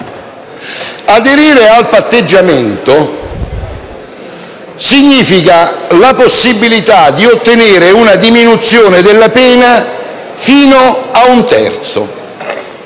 aderire al patteggiamento significa la possibilità di ottenere una diminuzione della pena fino ad un terzo.